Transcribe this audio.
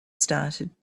started